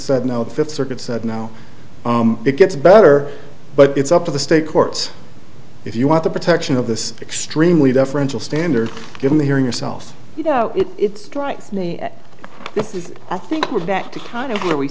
said no the fifth circuit said now it gets better but it's up to the state courts if you want the protection of this extremely deferential standard given the hearing yourself you know it strikes me that if i think we're back to kind of there we